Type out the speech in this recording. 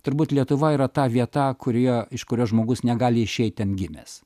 turbūt lietuva yra ta vieta kurioje iš kurios žmogus negali išeit ten gimęs